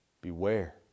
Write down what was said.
Beware